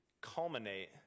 culminate